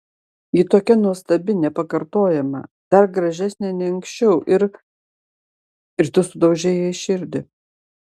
ji tokia nuostabi nepakartojama dar gražesnė nei anksčiau ir ir tu sudaužei jai širdį